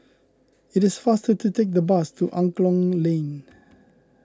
it is faster to take the bus to Angklong Lane